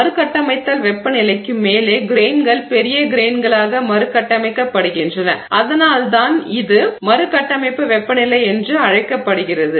மறுகட்டமைத்தல் வெப்பநிலைக்கு மேலே கிரெய்ன்கள் பெரிய கிரெய்ன்களாக மறுகட்டமைக்கப்படுகின்றன அதனால்தான் இது மறுகட்டமைப்பு வெப்பநிலை என்று அழைக்கப்படுகிறது